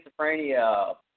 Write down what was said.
schizophrenia